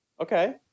Okay